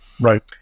Right